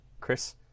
chris